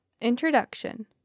Introduction